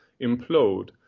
implode